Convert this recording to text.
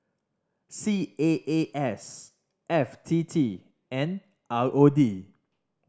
C A A S F T T and R O D